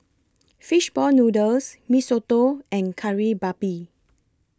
Fish Ball Noodles Mee Soto and Kari Babi